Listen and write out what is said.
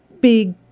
big